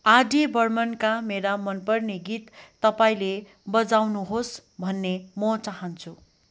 are D बर्मनका मेरा मनपर्ने गीत तपाईँले बजाउनुहोस् भन्ने म चाहन्छु